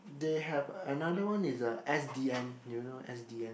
they have another one it's the s_d_n do you know s_d_n